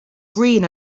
green